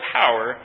power